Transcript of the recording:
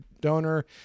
donor